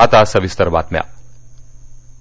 railway सरक्षा